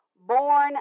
born